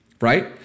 right